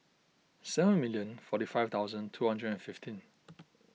seven million forty five thousand two hundred and fifteen